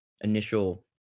initial